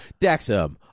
daxum